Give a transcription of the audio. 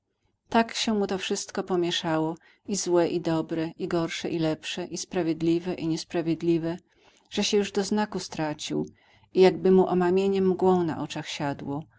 tak się mu to wszystko pomięszało i złe i dobre i gorsze i lepsze i sprawiedliwe i niesprawiedliwe że się już do znaku stracił i jakby mu omamienie mgłą na oczach siadło